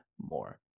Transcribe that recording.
more